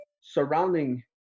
surrounding